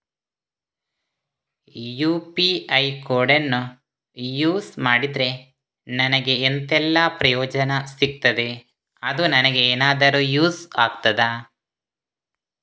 UPI ಕೋಡನ್ನು use ಮಾಡಿದ್ರೆ ನನಗೆ ಎಂಥೆಲ್ಲಾ ಪ್ರಯೋಜನ ಸಿಗ್ತದೆ, ಅದು ನನಗೆ ಎನಾದರೂ ಯೂಸ್ ಆಗ್ತದಾ?